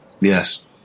Yes